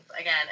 again